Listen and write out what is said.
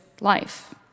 life